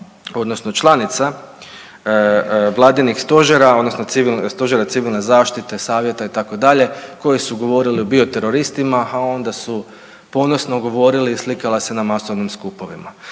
odnosno članica vladinih stožera odnosno Stožera civilne zaštite, savjeta itd. koji su govorili o bio teroristima, a onda su ponosno govorili i slikali se na masovnim skupovima,